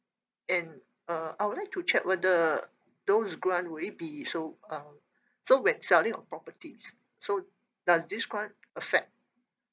and uh I would like to check whether those grant would it be so um so when selling of properties so does this grant accept